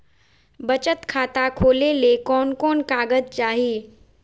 बचत खाता खोले ले कोन कोन कागज चाही?